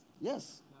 Yes